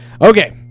Okay